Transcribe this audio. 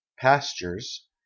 pastures